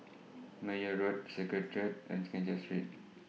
Meyer Road Secretariat and Keng Cheow Street